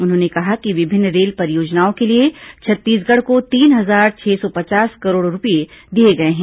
उन्होंने कहा कि विभिन्न रेल परियोजनाओं के लिए छत्तीसगढ़ को तीन हजार छह सौ पचास करोड़ रूपये दिए गए हैं